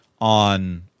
on